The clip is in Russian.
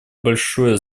большое